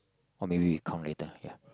or maybe we count later ya